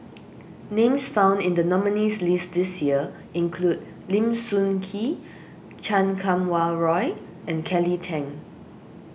names found in the nominees' list this year include Lim Sun Gee Chan Kum Wah Roy and Kelly Tang